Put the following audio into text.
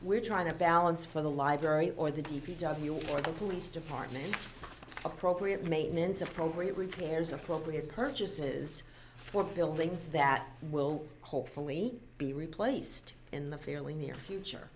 we're trying to balance for the library or the d p w or the police department appropriate maintenance of program repairs appropriate purchases for buildings that will hopefully be replaced in the fairly near future